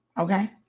Okay